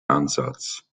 ansatz